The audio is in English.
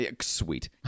Sweet